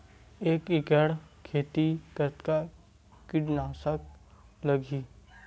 एक एकड़ खेती कतका किट नाशक लगही?